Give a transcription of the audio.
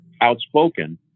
outspoken